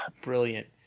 Brilliant